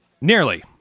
Nearly